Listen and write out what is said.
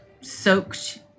soaked